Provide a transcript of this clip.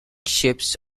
ships